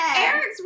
Eric's